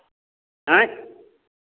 हैं